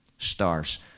stars